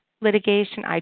litigation